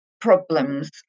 problems